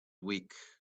weak